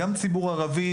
גם ציבור ערבי,